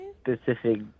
specific